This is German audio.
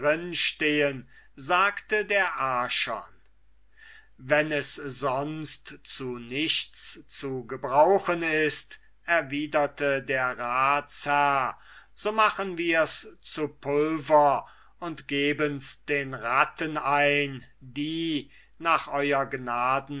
stehen sagte der archon wenn's sonst zu nichts zu gebrauchen ist erwiderte der ratsherr so machen wir's zu pulver und geben's den ratten ein die nach ew gnaden